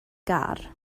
gar